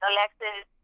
Alexis